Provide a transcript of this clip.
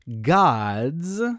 gods